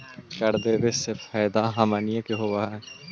कर देबे से फैदा हमनीय के होब हई